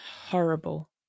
horrible